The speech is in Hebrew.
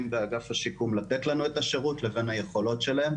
באגף השיקום לתת לנו את השירות לבין היכולות שלהם.